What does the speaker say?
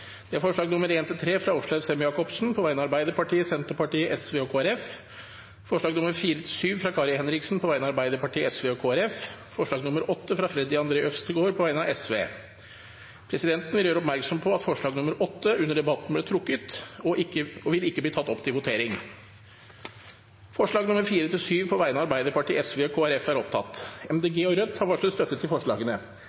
alt åtte forslag. Det er forslagene nr. 1–3, fra Åslaug Sem-Jacobsen på vegne av Arbeiderpartiet, Senterpartiet, Sosialistisk Venstreparti og Kristelig Folkeparti forslagene nr. 4–7, fra Kari Henriksen på vegne av Arbeiderpartiet, Sosialistisk Venstreparti og Kristelig Folkeparti forslag nr. 8, fra Freddy André Øvstegård på vegne av Sosialistisk Venstreparti Presidenten vil gjøre oppmerksom på at forslag nr. 8 under debatten ble trukket og ikke vil bli tatt opp til votering. Det voteres over forslagene nr. 4–7, fra Arbeiderpartiet, Sosialistisk Venstreparti og Kristelig Folkeparti. Forslag nr. 4 lyder: «Stortinget ber regjeringen komme tilbake til